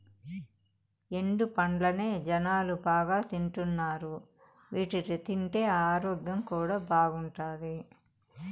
ఎండు పండ్లనే జనాలు బాగా తింటున్నారు వీటిని తింటే ఆరోగ్యం కూడా బాగుంటాది